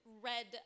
red